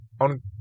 on